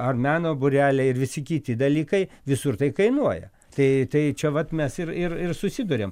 ar meno būreliai ir visi kiti dalykai visur tai kainuoja tai tai čia vat mes ir ir ir susiduriam